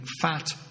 fat